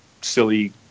silly